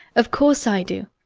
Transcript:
of course i do.